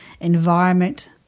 environment